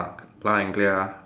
loud and clear ah